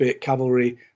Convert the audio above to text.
cavalry